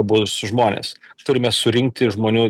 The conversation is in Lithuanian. bus žmonės turime surinkti žmonių